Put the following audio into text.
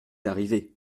arrivé